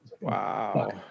Wow